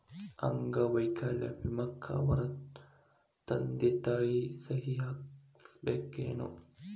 ಅಂಗ ವೈಕಲ್ಯ ವಿಮೆಕ್ಕ ಅವರ ತಂದಿ ತಾಯಿ ಸಹಿ ಹಾಕಸ್ಬೇಕೇನು?